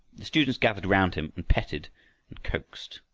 the students gathered round him and petted and coaxed.